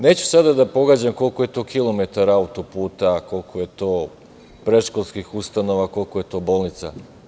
Neću sada da pogađam koliko je to kilometara autoputa, koliko je predškolskih ustanova, koliko je to bolnica.